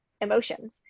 emotions